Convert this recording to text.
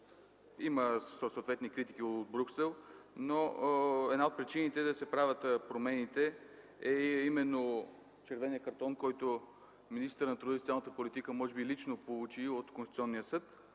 Има съответни критики от Брюксел, но една от причините да се правят промените е именно червеният картон, който министърът на труда и социалната политика може би лично получи от Конституционния съд.